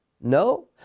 no